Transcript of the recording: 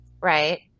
right